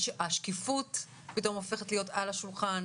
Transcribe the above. השקיפות הופכת להיות עלה שולחן,